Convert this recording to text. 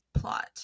plot